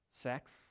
sex